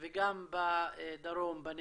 וגם בדרום בנגב.